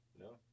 No